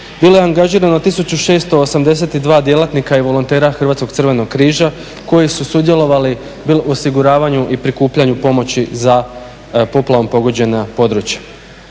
bilo je angažirano 1682 djelatnika i volontera Hrvatskog crvenog križa koji su sudjelovali u osiguravanju i prikupljanju pomoći za poplavom pogođena područja.